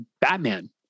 Batman